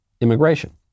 Immigration